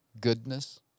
goodness